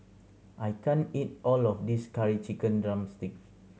I can't eat all of this Curry Chicken drumstick